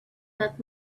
that